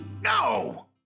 No